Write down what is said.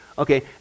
Okay